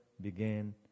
began